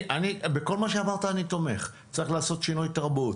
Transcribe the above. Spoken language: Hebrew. בכל מה שאמרת אני תומך צריך לעשות שינוי תרבות.